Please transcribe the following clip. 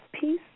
peace